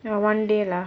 no wonder lah